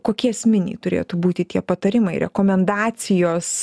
kokie esminiai turėtų būti tie patarimai rekomendacijos